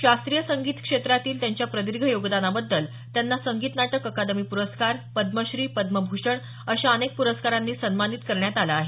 शास्त्रीय संगीत क्षेत्रातील त्यांच्या प्रदीर्घ योगदानाबद्दल त्यांना संगीत नाटक अकादमी प्रस्कार पद्मश्री पद्मभूषण अशा अनेक प्रस्कारांनी सन्मानित करण्यात आलं आहे